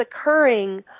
occurring